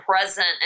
present